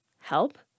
help